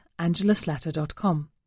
AngelaSlatter.com